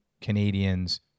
Canadians